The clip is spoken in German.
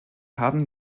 haben